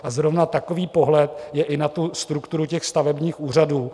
A zrovna takový pohled je i na strukturu stavebních úřadů.